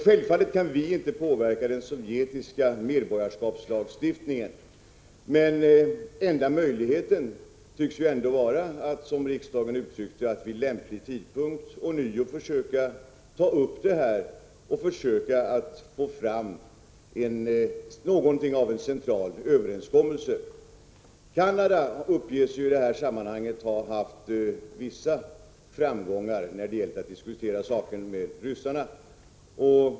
Självfallet kan vi inte påverka den sovjetiska medborgarskapslagstiftningen, men den enda möjligheten tycks ändå vara att, som riksdagen uttryckte det, vid lämplig tidpunkt ånyo ta upp frågan och försöka få till stånd något av en central överenskommelse. Canada uppges i detta sammanhang ha haft vissa framgångar när det gällt att diskutera saken med ryssarna.